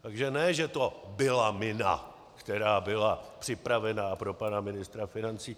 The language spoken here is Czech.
Takže ne že to byla mina, která byla připravena pro pana ministra financí.